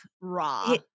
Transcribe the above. raw